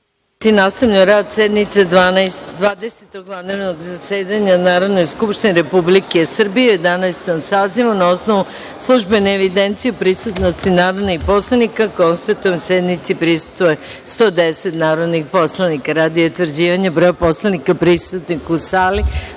nastavljamo rad sednice Dvadesetog vanrednog zasedanja Narodne skupštine Republike Srbije u Jedanaestom sazivu. Na osnovu službene evidencije o prisutnosti narodnih poslanika, konstatujem da sednici prisustvuje 110 narodnih poslanika. Radi utvrđivanja broja poslanika prisutnih u sali,